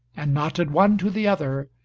and knotted one to the other,